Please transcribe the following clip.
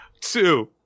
Two